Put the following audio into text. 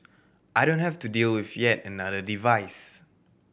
I don't have to deal with yet another device